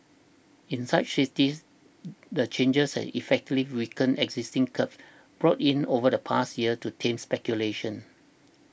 in such cities the changes have effectively weakened existing curbs brought in over the past year to tame speculation